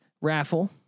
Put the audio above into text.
raffle